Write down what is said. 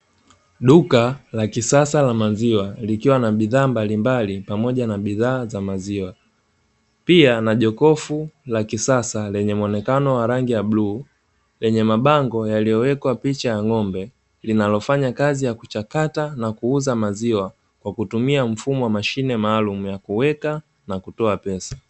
Duka la kisasa la maziwa likiwa na bidhaa mbalimbali pamoja na bidhaa za maziwa, pia na jokofu la kisasa lenye muonekano wa rangi ya bluu lenye mabango yaliyowekwa picha ya ng'ombe, linalofanya kazi ya kuchakata na kuuza maziwa kwa kutumia mfumo maalumu wa kuweka na kutoa pesa.